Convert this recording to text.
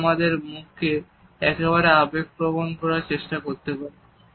আমরা আমাদের মুখকে একেবারে আবেগপ্রবণ করার চেষ্টা করতে পারি